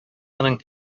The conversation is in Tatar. аның